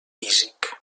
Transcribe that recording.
físic